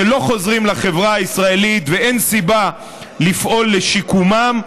שלא חוזרים לחברה הישראלית ואין סיבה לפעול לשיקומם,